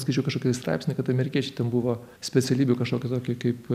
skaičiau kažkokį straipsnį kad amerikiečiai ten buvo specialybių kažkokių tokių kaip